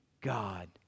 God